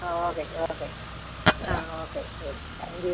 ആ okay okay ആ okay ശരി താങ്ക് യൂ